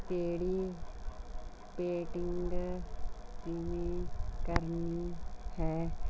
ਕਿਹੜੀ ਪੇਂਟਿੰਗ ਕਿਵੇਂ ਕਰਨੀ ਹੈ